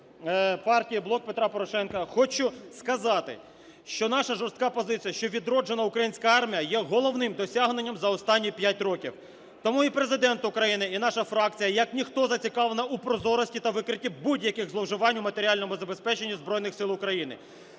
фракції "Блок Петра Порошенка" хочу сказати, що наша жорстка позиція, що відроджена українська армія є головним досягненням за останні 5 років. Тому і Президент України, і наша фракція, як ніхто, зацікавлена у прозорості та викритті будь-яких зловживань у матеріальному забезпеченні Збройних Сил України.